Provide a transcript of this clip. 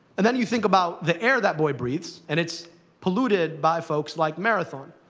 and then you think about the air that boy breathes, and it's polluted by folks like marathon.